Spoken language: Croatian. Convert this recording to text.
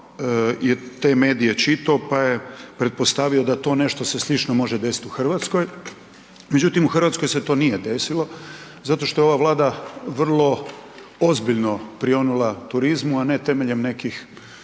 je te medije čitao pa je pretpostavio da to nešto se slično može desiti u Hrvatskoj. Međutim u Hrvatskoj se to nije desilo zato što je ova Vlada vrlo ozbiljno prionula turizmu, a ne temeljem nekih